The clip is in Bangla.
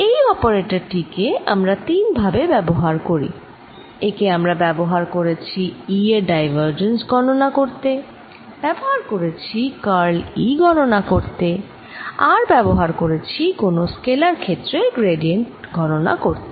এই অপারেটর টি কে আমরা তিন ভাবে ব্যবহার করি একে আমরা ব্যবহার করেছি E এর ডাইভারজেন্স গণনা করতে ব্যবহার করেছি কার্ল E গণনা করতে আর ব্যবহার করেছি কোন স্কেলার ক্ষেত্রের গ্র্যাডিয়েন্ট গণনা করতে